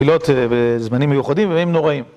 תפילות בזמנים מיוחדים והם נוראים